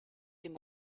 dem